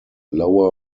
lower